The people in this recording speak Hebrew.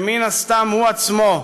שמן הסתם הוא עצמו,